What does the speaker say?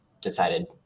decided